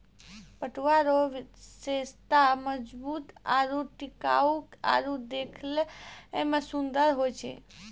पटुआ रो विशेषता मजबूत आरू टिकाउ आरु देखै मे सुन्दर होय छै